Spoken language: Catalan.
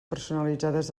personalitzades